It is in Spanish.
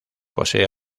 posee